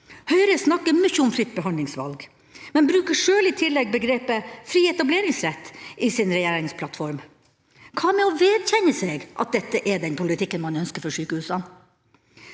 Høyre snakker mye om «fritt behandlingsvalg», men bruker sjøl i tillegg begrepet «fri etableringsrett» i sin regjeringsplattform. Hva med å vedkjenne seg at dette er den politikken man ønsker for sykehusene?